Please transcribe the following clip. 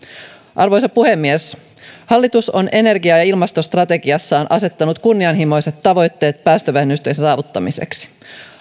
arvoisa puhemies hallitus on energia ja ilmastostrategiassaan asettanut kunnianhimoiset tavoitteet päästövähennysten saavuttamiseksi